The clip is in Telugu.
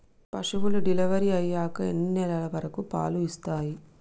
పశువులు డెలివరీ అయ్యాక ఎన్ని నెలల వరకు పాలు ఇస్తాయి?